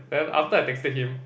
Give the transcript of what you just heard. then after I texted him